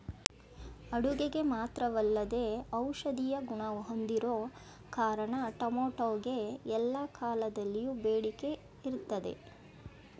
ಅಡುಗೆಗೆ ಮಾತ್ರವಲ್ಲದೇ ಔಷಧೀಯ ಗುಣ ಹೊಂದಿರೋ ಕಾರಣ ಟೊಮೆಟೊಗೆ ಎಲ್ಲಾ ಕಾಲದಲ್ಲಿಯೂ ಬೇಡಿಕೆ ಇರ್ತದೆ